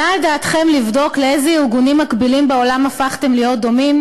עלה על דעתכם לבדוק לאיזה ארגונים מקבילים בעולם הפכתם להיות דומים,